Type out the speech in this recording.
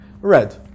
Red